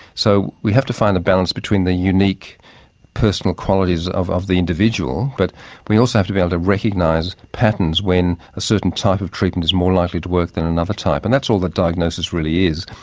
so we have to find a balance between the unique personal qualities of of the individual but we also have to be able to recognise patterns when a certain type of treatment is more likely to work than another type. and that's all diagnosis really is.